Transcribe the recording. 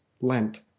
Lent